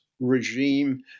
regime